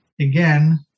again